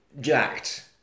jacked